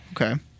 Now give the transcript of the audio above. Okay